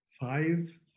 five